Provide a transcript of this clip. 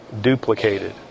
duplicated